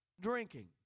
drinking